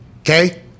okay